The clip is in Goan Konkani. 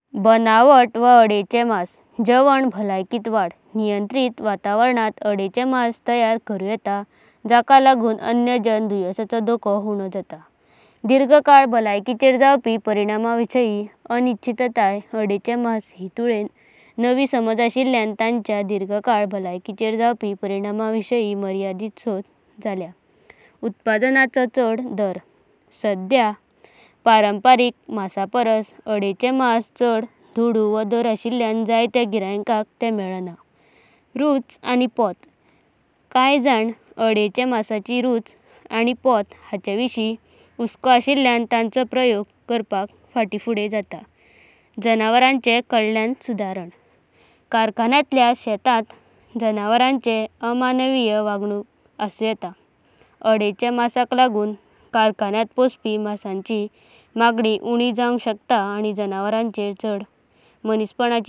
बनावट वा आधेचें मास जेवण बालयकिता वाडा नियमांतरित वातावरणात आधेचें मास तयार करू येता। जाका लागून अनाजयन दुवेसाचो धोकों उन्नों जातां। दीर्घकाल बालायकिचेर परिणाम जावपी अनिचितताय आधेचें मास तुलयेण नवी समाज अशिलेंय तांच। धीरकाल बालायकिचेर जावपी परिणाम विषययी मर्यादित शोध जालेंया। उत्पादनाचो छड दर साढेंया परंपारिक मासपारसा आधेचें मास छड धुडूं वा दर अशिलेंय जाय तेंया गिरायंकाक ते मिळनां। रुचि आनी फोटा कय जाना आधेचें मासाची रुचि आनी फोटा हांचा विषययी हुसको अशिलेंय तांचो प्रयोग करपाक फाटी-फोडे जातां। जनावरांचे कल्याण सुधारना खारकनायतलेया शेतांत जनावरांचेर अमानवीय वागणुक असू येता। आधेचें मासाक लागून खारकनायत फोसापी मासांची मागणी उणी जावनका शकता आनी जनावरांचेर छड मानुसपणाची वागणुका वाढूंग शकता।